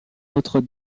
notre